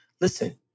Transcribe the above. listen